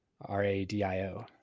R-A-D-I-O